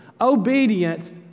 obedience